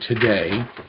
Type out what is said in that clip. today